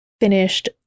finished